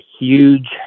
huge